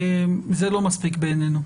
זה לא מספיק בעינינו.